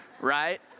right